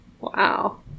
Wow